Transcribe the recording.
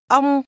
ông